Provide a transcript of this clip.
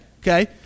okay